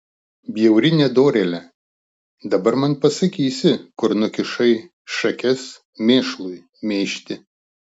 bjauri nedorėle dabar man pasakysi kur nukišai šakes mėšlui mėžti